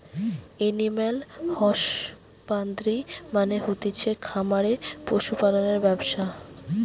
animal husbandry মানে হতিছে খামারে পশু পালনের ব্যবসা